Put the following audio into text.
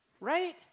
right